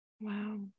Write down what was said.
Wow